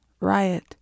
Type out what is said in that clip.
riot